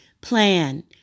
Plan